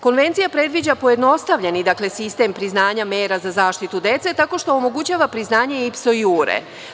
Konvencija predviđa pojednostavljeni sistem priznanja mera za zaštitu dece tako što omogućava priznanje „ipso jure“